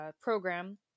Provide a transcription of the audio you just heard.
program